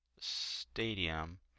stadium